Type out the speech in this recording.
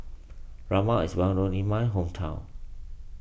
Rajma is well known in my hometown